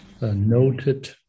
noted